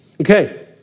Okay